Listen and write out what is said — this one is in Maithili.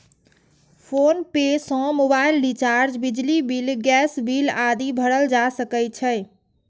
फोनपे सं मोबाइल रिचार्ज, बिजली बिल, गैस बिल आदि भरल जा सकै छै